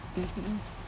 mmhmm